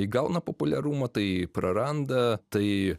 įgauna populiarumą tai praranda tai